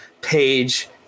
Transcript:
page